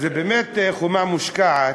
זו באמת חומה מושקעת,